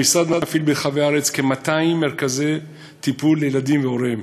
המשרד מפעיל ברחבי הארץ כ-200 מרכזי טיפול לילדים ולהוריהם